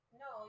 no